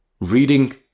Reading